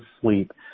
sleep